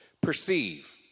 Perceive